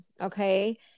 Okay